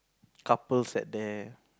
couples at there